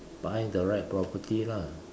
buying the right property lah